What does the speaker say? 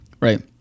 right